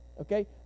okay